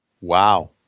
Wow